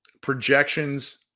projections